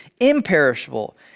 imperishable